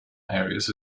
areas